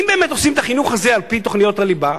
אם באמת עושים את החינוך הזה על-פי תוכניות הליבה,